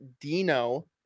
dino